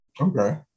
Okay